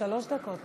חמש דקות,